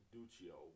Duccio